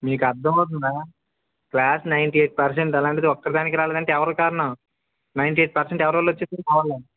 మీకు అర్ధమవుతుందా class ninety eight percent వచ్చింది అలాంటిది ఒక్కదానికి రాలేదంటే ఎవరు కారణం నైన్టీ ఎయిట్ పర్సెంట్ వచ్చింది ఎవరి వల్ల వచ్చింది మావల్లే